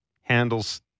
handles